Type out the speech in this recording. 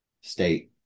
state